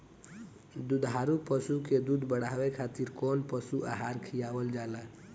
दुग्धारू पशु के दुध बढ़ावे खातिर कौन पशु आहार खिलावल जाले?